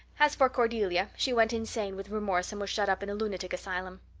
as for cordelia, she went insane with remorse and was shut up in a lunatic asylum.